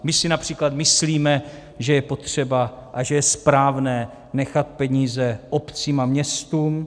My si například myslíme, že je potřeba a že je správné nechat peníze obcím a městům.